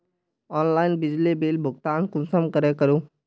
Online बिजली bill भुगतान कुंसम करे करूम?